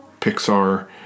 Pixar